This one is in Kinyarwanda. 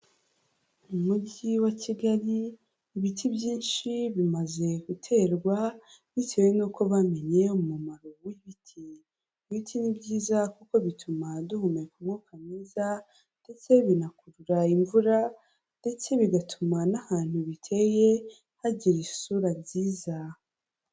Mu mujyi wa Kigali ibiti byinshi bimaze guterwa bitewe n'uko bamenye umumaro w'ibiti, ibiti ni byiza kuko bituma duhumeka umwuka mwiza ndetse binakurura imvura ndetse bigatuma n'ahantu biteye hagira isura nziza.